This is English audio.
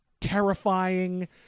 terrifying